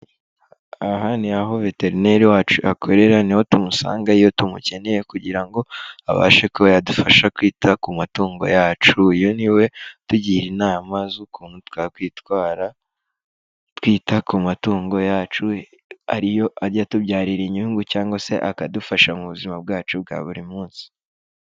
Aha ni aho veterineri wacu akorera ni ho tumusanga iyo tumukeneye kugira ngo, abashe koba yadufasha kwita ku matungo yacu. Uyu niwe utugira inama z'ukuntu twakwitwara, twita ku matungo yacu ariyo ajya atubyarira inyungu, cyangwa se akadufasha mu buzima bwacu bwa buri munsi.